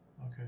Okay